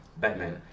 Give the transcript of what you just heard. Batman